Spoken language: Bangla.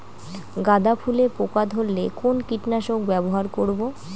গাদা ফুলে পোকা ধরলে কোন কীটনাশক ব্যবহার করব?